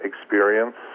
experience